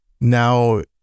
now